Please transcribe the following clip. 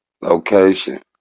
location